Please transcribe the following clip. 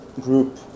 group